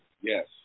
Yes